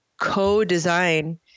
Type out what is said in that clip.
co-design